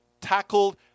tackled